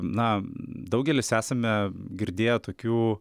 na daugelis esame girdėję tokių